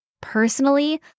Personally